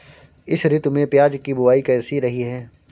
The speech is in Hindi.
इस ऋतु में प्याज की बुआई कैसी रही है?